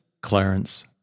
Clarence